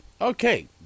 Okay